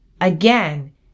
Again